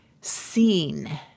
seen